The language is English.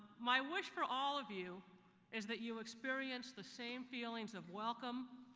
my wish for all of you is that you experience the same feelings of welcome,